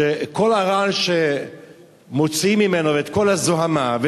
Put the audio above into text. כל הרעל שמוציאים ממנו וכל הזוהמה,